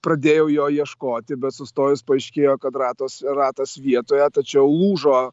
pradėjau jo ieškoti bet sustojus paaiškėjo kad ratas ratas vietoje tačiau lūžo